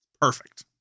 Perfect